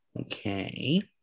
okay